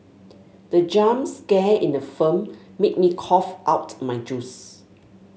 the jump scare in the film made me cough out my juice